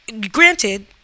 Granted